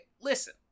listen